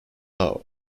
love